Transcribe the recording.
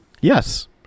yes